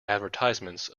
advertisements